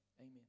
amen